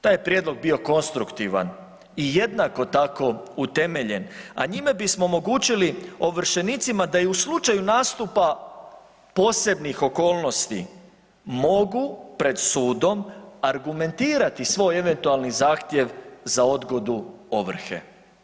Taj je prijedlog bio konstruktivan i jednako tako utemeljen, a njime bismo omogućili ovršenicima da i u slučaju nastupa posebnih okolnosti mogu pred sudom argumentirati svoj eventualni zahtjev za odgodu ovrhe.